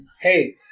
Hey